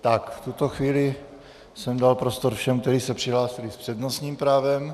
V tuto chvíli jsem dal prostor všem, kteří se přihlásili s přednostním právem.